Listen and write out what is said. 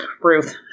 Ruth